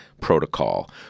protocol